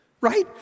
right